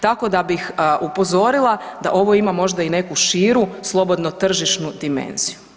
Tako da bi upozorila da ovo ima možda i neku širu, slobodno tržišnu dimenziju.